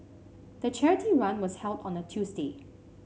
the charity run was held on a Tuesday